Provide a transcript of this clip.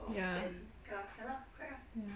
ya ya